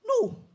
No